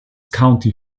county